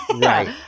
Right